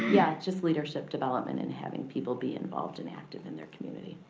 yeah just leadership development and having people be involved and active in their community.